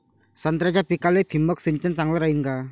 संत्र्याच्या पिकाले थिंबक सिंचन चांगलं रायीन का?